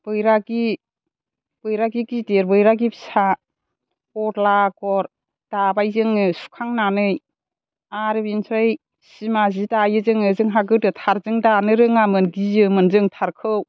बैरागि बैरागि गिदिर बैरागि फिसा अरला आगर दाबाय जोङो सुखांनानै आरो बेनिफ्राय सिमा सि दायो जोङो जोंहा गोदो थारजों दानो रोङामोन गियोमोन जों थारखौ